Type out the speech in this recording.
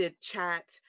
chat